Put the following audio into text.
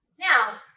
Now